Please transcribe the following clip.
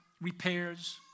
repairs